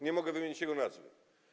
Nie mogę wymienić jego nazwy.